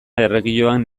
erregioan